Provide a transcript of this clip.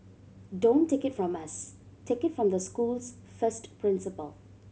don't take it from us take it from the school's first principal